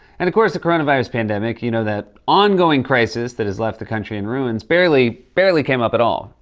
and of course, the coronavirus pandemic you know, that ongoing crisis that has left the country in ruins barely, barely came up at all.